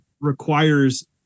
requires